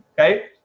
Okay